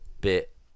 bit